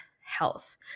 health